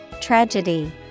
Tragedy